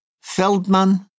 Feldman